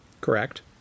Correct